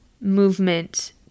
movement